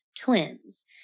twins